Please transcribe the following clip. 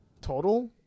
Total